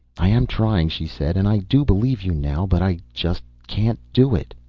i am trying, she said, and i do believe you now but i just can't do it.